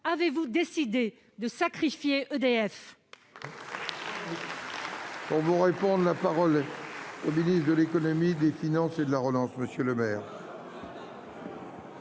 avez-vous décidé de sacrifier EDF ?